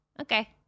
Okay